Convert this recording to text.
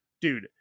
Dude